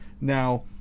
Now